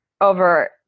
over